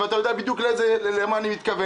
ואתה יודע בדיוק אל מה אני מתכוון.